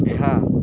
ଏହା